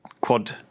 quad